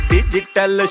Digital